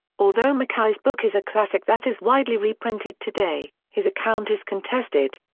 although mackay's book is a classic that is widely reprinted today, his account is contested.